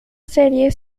serie